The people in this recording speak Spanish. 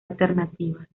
alternativas